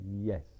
yes